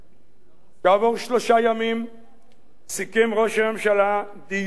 כעבור שלושה ימים סיכם ראש הממשלה דיון נוסף,